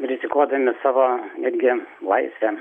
rizikuodami savo netgi laisve